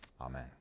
amen